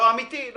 לא, אמיתי.